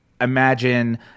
imagine